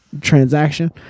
transaction